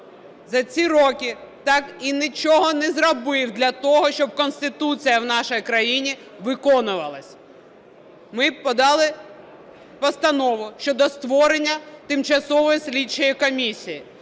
за ці роки так і нічого не зробив для того, щоб Конституція в нашій країні виконувалась. Ми подали Постанову щодо створення тимчасової слідчої комісії.